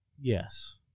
Yes